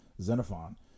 Xenophon